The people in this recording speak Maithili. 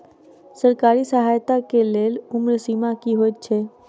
सरकारी सहायता केँ लेल उम्र सीमा की हएत छई?